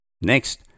Next